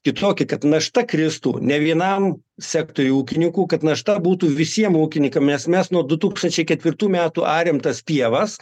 kitokie kad našta kristų ne vienam sektoriui ūkininkų kad našta būtų visiem ūkininkam nes mes nuo du tūkstančiai ketvirtų metų ariam tas pievas